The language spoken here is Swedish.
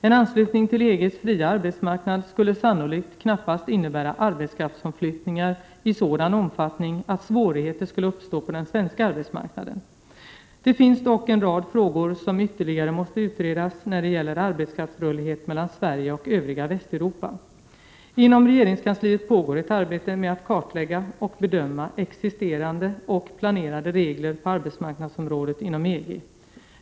En anslutning till EG:s fria arbetsmarknad skulle sannolikt knappast innebära arbetskraftsomflyttningar i sådan omfattning att svårigheter skulle uppstå på den svenska arbetsmarknaden. Det finns dock en rad frågor som ytterligare måste utredas när det gäller arbetskraftsrörlighet mellan Sverige och övriga Västeuropa. Inom regeringskansliet pågår ett arbete med att kartlägga och bedöma existerande och planerade regler på arbetsmarknadsområdet inom EG.